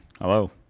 Hello